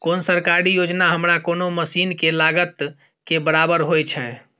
कोन सरकारी योजना हमरा कोनो मसीन के लागत के बराबर होय छै?